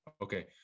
okay